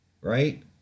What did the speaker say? right